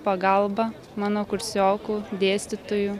pagalba mano kursiokų dėstytojų